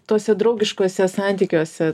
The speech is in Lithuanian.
tuose draugiškuose santykiuose